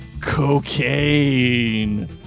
cocaine